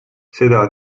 seda